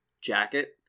jacket